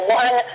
one